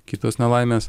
kitos nelaimės